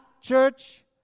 church